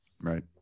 Right